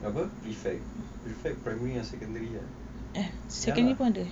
apa prefect prefect primary and secondary ah ya